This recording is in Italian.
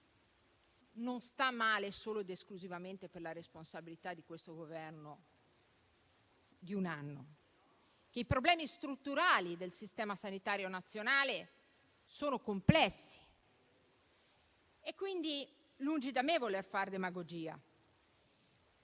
non sta male solo ed esclusivamente per responsabilità di questo Governo in carica da un anno; è vero che i problemi strutturali del sistema sanitario nazionale sono complessi, quindi lungi da me voler far demagogia.